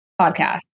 Podcast